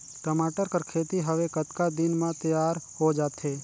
टमाटर कर खेती हवे कतका दिन म तियार हो जाथे?